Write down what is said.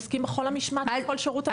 עוסקים בכל המשמעת בכל שירות המדינה.